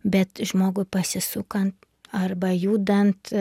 bet žmogui pasisukant arba judant